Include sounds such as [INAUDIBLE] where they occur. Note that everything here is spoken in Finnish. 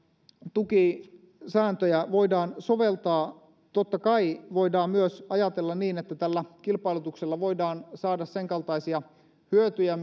tukisääntöjä voidaan soveltaa totta kai voidaan myös ajatella niin että tällä kilpailutuksella voidaan saada senkaltaisia hyötyjä [UNINTELLIGIBLE]